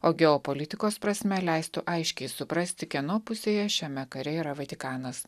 o geopolitikos prasme leistų aiškiai suprasti kieno pusėje šiame kare yra vatikanas